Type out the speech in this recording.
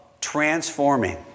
transforming